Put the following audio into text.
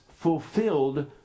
fulfilled